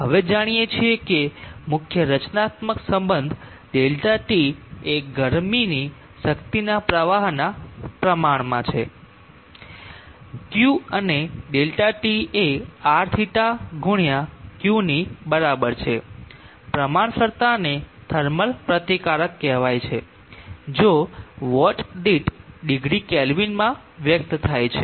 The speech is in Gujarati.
આપણે જાણીએ છીએ કે મુખ્ય રચનાત્મક સંબંધ ΔT એ ગરમીની શક્તિના પ્રવાહના પ્રમાણમાં છે Q અને ΔT એ Rθ ગુણ્યા Q ની બરાબર છે પ્રમાણસરતાને થર્મલ પ્રતિકાર કહેવાય છે જે વોટ દીઠ ડિગ્રી કેલ્વિનમાં વ્યક્ત થાય છે